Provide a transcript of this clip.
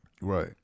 Right